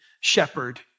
shepherd